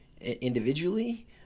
individually